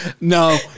No